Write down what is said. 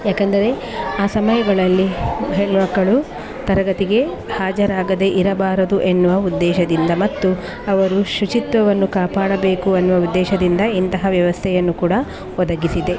ಯಾಕೆಂದರೆ ಆ ಸಮಯಗಳಲ್ಲಿ ಹೆಣ್ಣು ಮಕ್ಕಳು ತರಗತಿಗೆ ಹಾಜರಾಗದೇ ಇರಬಾರದು ಎನ್ನುವ ಉದ್ದೇಶದಿಂದ ಮತ್ತು ಅವರು ಶುಚಿತ್ವವನ್ನು ಕಾಪಾಡಬೇಕು ಎನ್ನುವ ಉದ್ದೇಶದಿಂದ ಇಂತಹ ವ್ಯವಸ್ಥೆಯನ್ನು ಕೂಡ ಒದಗಿಸಿದೆ